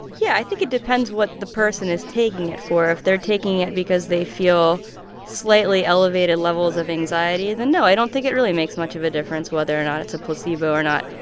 yeah, i think it depends what the person is taking it for. if they're taking it because they feel slightly elevated levels of anxiety, then no, i don't think it really makes much of a difference whether or not it's a placebo or not.